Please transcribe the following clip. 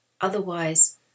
Otherwise